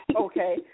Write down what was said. Okay